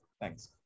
Thanks